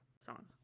song